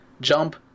jump